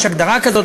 יש הגדרה כזאת?